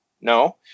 No